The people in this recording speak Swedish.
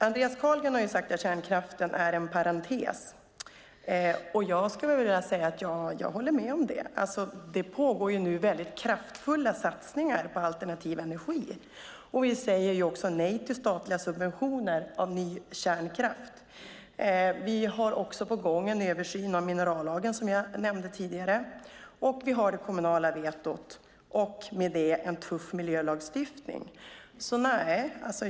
Andreas Carlgren har sagt att kärnkraften är en parentes. Jag skulle vilja säga att jag håller med om det. Det pågår nu kraftfulla satsningar på alternativ energi. Vi säger nej till statliga subventioner av ny kärnkraft. Vi har en översyn på gång av minerallagen på gång, som jag nämnde tidigare. Vi har det kommunala vetot och i och med det en tuff miljölagstiftning.